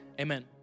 Amen